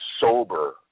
sober